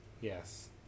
Yes